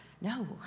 no